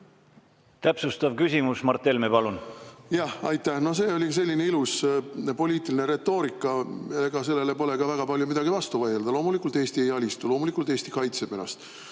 Täpsustav küsimus, Mart Helme, palun! Jah, aitäh! No see oli selline ilus poliitiline retoorika. Ega sellele pole ka väga palju midagi vastu vaielda. Loomulikult Eesti ei alistu, loomulikult Eesti kaitseb ennast,